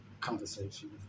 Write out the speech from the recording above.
conversation